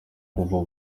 kuva